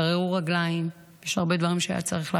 גררו רגליים, יש הרבה דברים שהיה צריך לעשות,